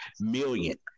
million